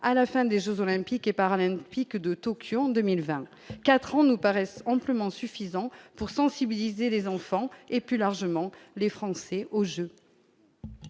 à la fin des Jeux olympiques et paralympiques de Tokyo en 2020, 4 ans nous paraissent amplement suffisant pour sensibiliser les enfants et plus largement les Français aux Jeux.